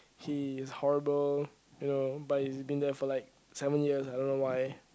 he's horrible you know but he's been there for like seven years I don't know why